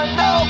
no